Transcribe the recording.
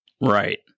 right